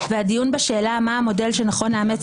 והדיון בשאלה מה המודל שנכון לאמץ